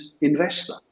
investor